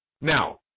Now